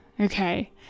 okay